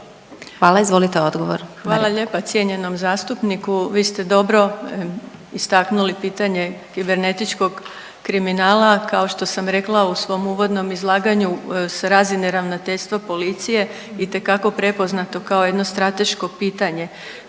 Irena (HDZ)** Hvala lijepa cijenjenom zastupniku. Vi ste dobro istaknuli pitanje kibernetičkog kriminala. Kao što sam rekla u svom uvodnom izlaganju s razine Ravnateljstva policije itekako prepoznato kao jedno strateško pitanje.